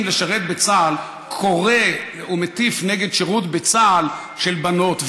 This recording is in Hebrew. לשרת בצה"ל קורא ומטיף נגד שירות בצה"ל של בנות,